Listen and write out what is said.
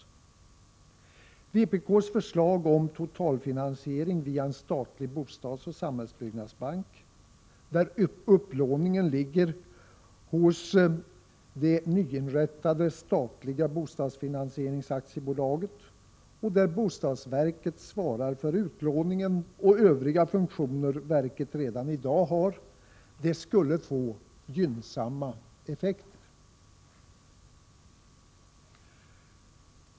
Ett genomförande av vpk:s förslag om totalfinansiering via en statlig bostadsoch samhällsbyggnadsbank, där upplåningen ligger hos det nyinrättade statliga bostadsfinansieringsaktiebolaget och där bostadsverket svarar för utlåningen och övriga funktioner som verket redan i dag har, skulle få gynnsamma effekter.